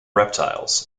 reptiles